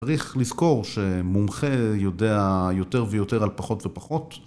צריך לזכור שמומחה יודע יותר ויותר על פחות ופחות